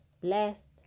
blessed